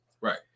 Right